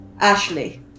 Ashley